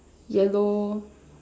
yellow